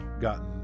gotten